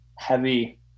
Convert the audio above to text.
heavy